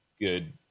good